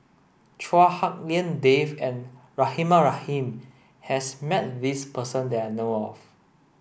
Chua Hak Lien Dave and Rahimah Rahim has met this person that I know of